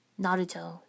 Naruto